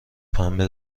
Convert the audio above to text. پنبه